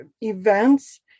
events